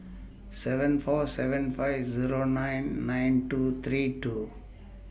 seven four seven five Zero nine nine two three two